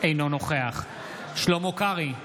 אינו נוכח שלמה קרעי,